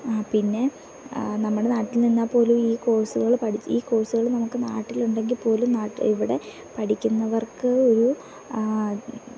പിന്നെ നമ്മടെ നാട്ടിൽ നിന്നാൽ പോലും ഈ കോഴ്സുകൾ ഈ കോഴ്സുകൾ നമുക്ക് നാട്ടിലുണ്ടെങ്കിൽ പോലും ഇവിടെ പഠിക്കുന്നവർക്ക് ഒരു